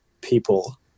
people